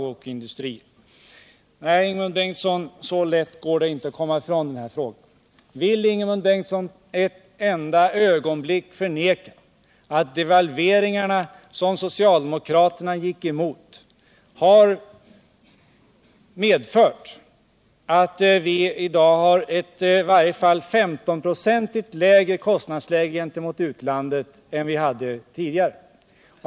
Nej, Ingemund Bengtsson, så lätt går det inte att komma ifrån den frågan. Vill Ingemund Bengtsson ett enda ögonblick förneka att devalveringarna, som socialdemokraterna gick emot, har medfört att vi i dag har ett i varje fall 15-procentigt lägre kostnadsläge gentemot utlandet än vi hade tidigare?